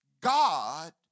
God